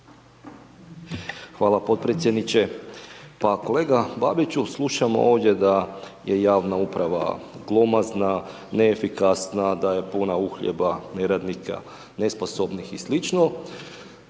Hvala potpredsjedniče. Pa kolega Babiću, slušam ovdje da je javna uprava glomazna, neefikasna, da je puna uhljeba, neradnika, nesposobnih i sl.